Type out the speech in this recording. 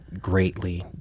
greatly